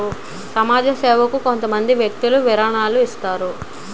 సమాజ సేవకు కొంతమంది వ్యక్తులు విరాళాలను ఇస్తుంటారు